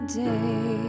day